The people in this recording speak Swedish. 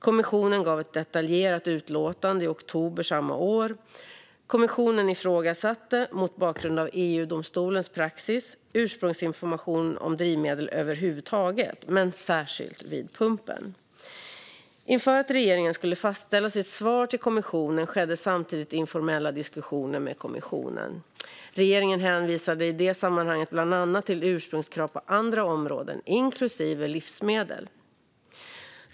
Kommissionen gav ett detaljerat utlåtande i oktober samma år. Kommissionen ifrågasatte, mot bakgrund av EU-domstolens praxis, ursprungsinformation om drivmedel över huvud taget, men särskilt vid pumpen. Inför att regeringen skulle fastställa sitt svar till kommissionen skedde samtidigt informella diskussioner med kommissionen. Regeringen hänvisade i det sammanhanget bland annat till ursprungskrav på andra områden, inklusive livsmedel.